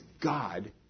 God